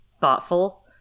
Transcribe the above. thoughtful